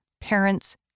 parents